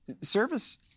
Service